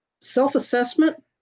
Self-assessment